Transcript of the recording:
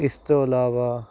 ਇਸ ਤੋਂ ਇਲਾਵਾ